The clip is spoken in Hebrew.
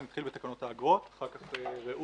אני אתחיל בתקנות האגרות ואחר כך רעות